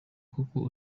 kuko